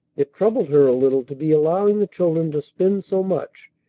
it troubled her a little to be allowing the children to spend so much,